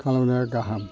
खालामनाया गाहाम